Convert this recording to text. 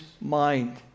mind